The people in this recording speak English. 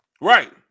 Right